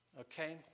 Okay